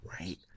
right